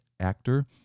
actor